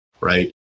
right